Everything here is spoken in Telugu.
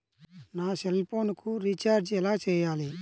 నా సెల్ఫోన్కు రీచార్జ్ ఎలా చేయాలి?